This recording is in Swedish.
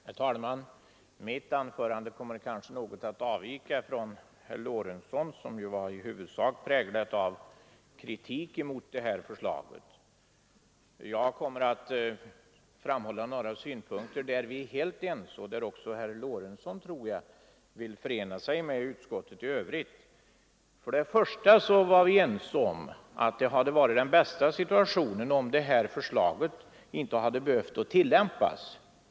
Herr talman! Detta mitt anförande kommer att avvika från herr Lorentzons, som ju i huvudsak präglades av kritik mot det förevarande förslaget. Jag kommer att framhålla några punkter där vi är helt ense och där jag tror att även herr Lorentzon vill förena sig med utskottet. Först och främst har vi varit ense om att det bästa skulle ha varit om det som här föreslås inte hade behövt tillämpas.